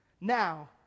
Now